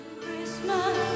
Christmas